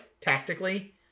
tactically